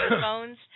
phones